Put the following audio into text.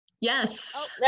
Yes